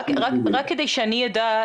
רק כדי שאני אדע,